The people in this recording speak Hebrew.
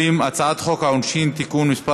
הצעת חוק התגמולים לנפגעי פעולות איבה (תיקון מס'